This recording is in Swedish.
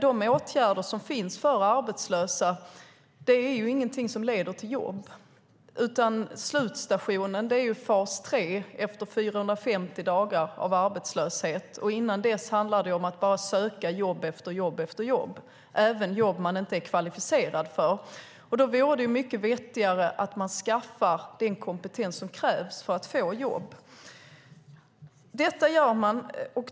De åtgärder som finns för arbetslösa är ingenting som leder till jobb. Slutstationen är fas 3 efter 450 dagar av arbetslöshet. Innan dess handlar det om att bara söka jobb efter jobb efter jobb, även jobb man inte är kvalificerad för. Då vore det mycket vettigare att skaffa den kompetens som krävs för att få jobb.